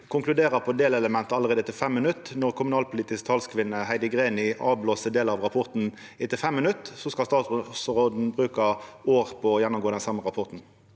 konkluderer på delelement av allereie etter fem minutt? Når kommunalpolitisk talskvinne Heidi Greni avblåste delar av rapporten etter fem minutt, så skal statsråden bruka år på å gjennomgå den same rapporten?